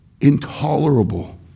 intolerable